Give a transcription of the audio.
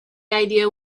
idea